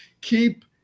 keep